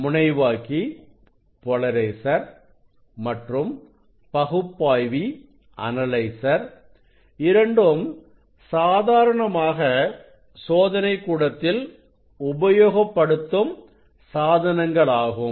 முனைவாக்கி மற்றும் பகுப்பாய்வி இரண்டும் சாதாரணமாக சோதனைக்கூடத்தில் உபயோகப்படுத்தும் சாதனங்களாகும்